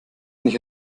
nicht